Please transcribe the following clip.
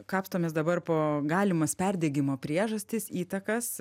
kapstomės dabar po galimas perdegimo priežastis įtakas